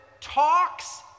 talks